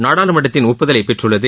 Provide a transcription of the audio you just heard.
நாடாளுமன்றத்தின் ஒப்புதலை பெற்றுள்ளது